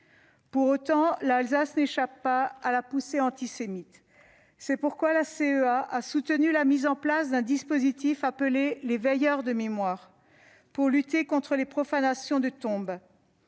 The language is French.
Pour autant, l'Alsace n'échappe pas à la poussée antisémite. C'est pourquoi la CEA a soutenu la mise en place d'un dispositif appelé les « veilleurs de mémoire » pour lutter contre les profanations de tombes.